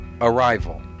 Arrival